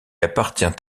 appartient